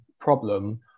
problem